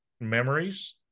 memories